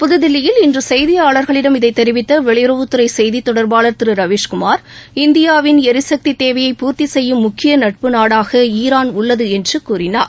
புது தில்லியில் இன்று செய்தியாளர்களிடம் இதை தெரிவித்த வெளியுறவுத்துறை செய்தி தொடர்பாளர் திரு ரவீஸ்குமார் இந்தியாவின் எரிசக்தி தேவையய பூர்த்தி செய்யும் முக்கிய நட்பு நாடாக ஈரான் உள்ளது என்று கூறினார்